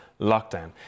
lockdown